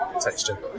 texture